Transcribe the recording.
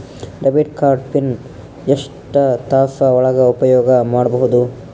Debit card PIN ಎಷ್ಟ ತಾಸ ಒಳಗ ಉಪಯೋಗ ಮಾಡ್ಬಹುದು?